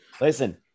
Listen